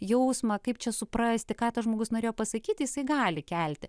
jausmą kaip čia suprasti ką tas žmogus norėjo pasakyti jisai gali kelti